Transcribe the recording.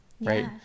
right